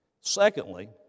Secondly